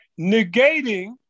negating